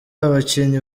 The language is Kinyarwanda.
abakinnyi